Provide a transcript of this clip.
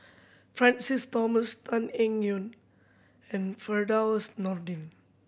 Francis Thomas Tan Eng Yoon and Firdaus Nordin